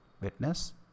Witness